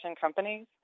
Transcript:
companies